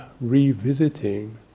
revisiting